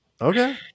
okay